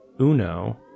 Uno